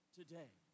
today